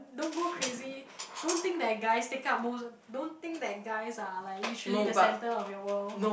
don't go crazy don't think that guys take up most don't think that guys are like literally the center of your world